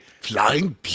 flying